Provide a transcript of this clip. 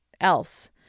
else